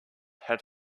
had